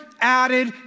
added